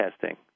testing